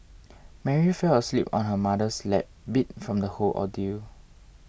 Mary fell asleep on her mother's lap beat from the whole ordeal